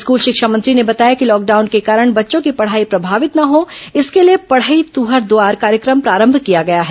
school शिक्षा मंत्री ने बताया कि लॉकडाउन के कारण बच्चों की पढ़ाई प्रभावित न हो इसके लिए पढ़ई तुंहर दुआर कार्यक्रम प्रारंभ किया गया है